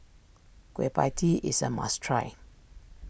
Kueh Pie Tee is a must try